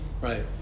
Right